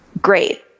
great